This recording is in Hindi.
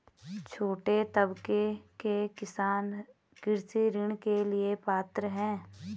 छोटे तबके के किसान कृषि ऋण के लिए पात्र हैं?